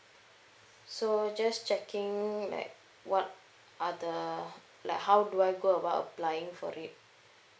so just checking like what are the like how do I go about applying for it